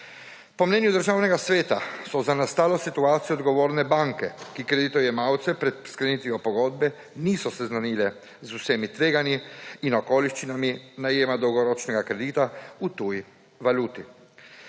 Po mnenju Državnega sveta so za nastalo situacijo odgovorne banke, ki kreditojemalce ob sklenitvi pogodbe niso seznanile z vsemi tveganji in okoliščinami najema dolgoročnega kredita v tuji valuti.